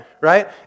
right